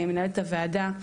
מנהלת הוועדה,